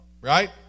right